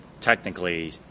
technically